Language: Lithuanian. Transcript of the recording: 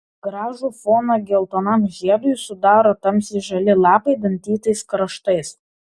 gražų foną geltonam žiedui sudaro tamsiai žali lapai dantytais kraštais